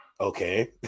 Okay